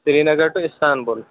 Srinagar to Istanbul